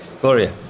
Gloria